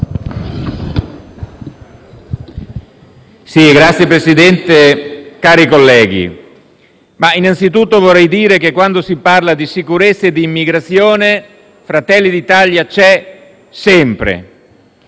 Signor Presidente, cari colleghi, innanzitutto vorrei dire che quando si parla di sicurezza e di immigrazione, Fratelli d'Italia c'è sempre,